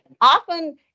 Often